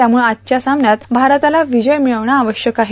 त्यामुळं आजच्या सामन्यात भारताला विजय मिळवणं आवश्यक आहे